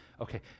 Okay